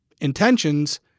intentions